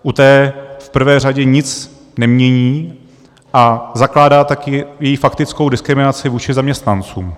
U té v prvé řadě nic nemění, a zakládá tak jejich faktickou diskriminaci vůči zaměstnancům.